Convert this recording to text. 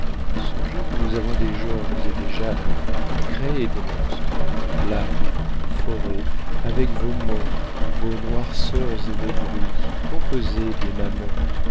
songez que nous avons des georges et des jeannes créez des monstres lacs forêts avec vos monts vos noirceurs et vos bruits composez des mammons